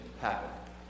happen